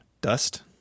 dust